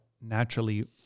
naturally